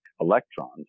electrons